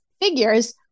figures